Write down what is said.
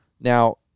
Now